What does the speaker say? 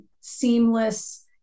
seamless